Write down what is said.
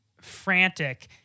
frantic